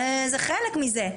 זה חלק מזה.